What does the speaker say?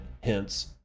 hence